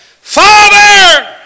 Father